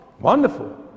wonderful